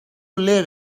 live